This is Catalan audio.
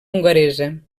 hongaresa